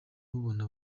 mubona